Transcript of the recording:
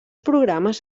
programes